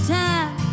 time